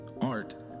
art